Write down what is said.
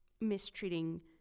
mistreating